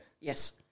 Yes